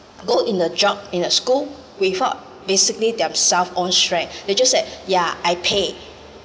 go in a job in a school without basically themself own strength they just like yeah I pay